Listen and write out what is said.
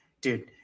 Dude